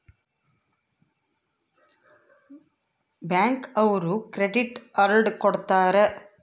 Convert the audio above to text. bank ಅವ್ರು credit card ಕೊಡ್ತಾರ